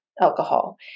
alcohol